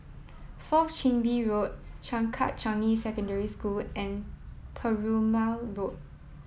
fourth Chin Bee Road Changkat Changi Secondary School and Perumal Road